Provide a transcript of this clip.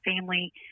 family